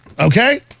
Okay